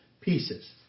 pieces